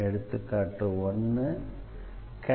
எடுத்துக்காட்டு 1